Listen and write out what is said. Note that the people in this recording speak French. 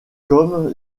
comme